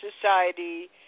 society